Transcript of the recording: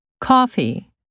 Coffee